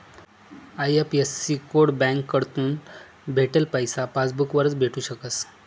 IFSC code बँककडथून भेटेल पैसा पासबूक वरच भेटू शकस